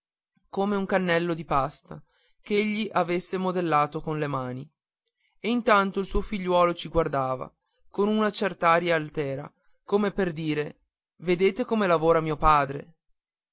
come un cannello di pasta ch'egli avesse modellato con le mani e intanto il suo figliuolo ci guardava con una cert'aria altera come per dire vedete come lavora mio padre